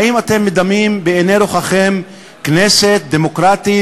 האם אתם מדמים בעיני רוחכם כנסת דמוקרטית